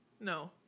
No